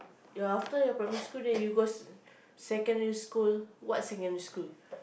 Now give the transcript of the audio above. your after your primary school then you go secondary school what secondary school